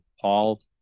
Paul